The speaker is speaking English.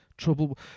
trouble